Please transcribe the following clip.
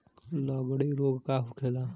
लगड़ी रोग का होखेला?